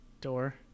Door